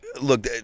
look